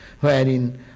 Wherein